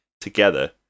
together